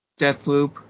Deathloop